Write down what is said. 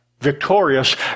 victorious